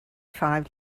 five